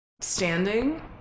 standing